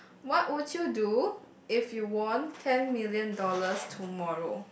what would you do if you won ten million dollars tomorrow